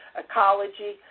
ecology,